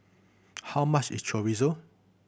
how much is Chorizo